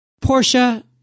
Portia